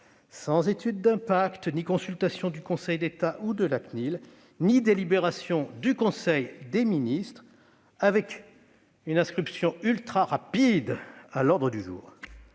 sans étude d'impact, sans consultation du Conseil d'État ni de la CNIL, sans délibération du conseil des ministres et avec une inscription ultrarapide à l'ordre du jour.